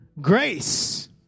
Grace